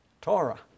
Torah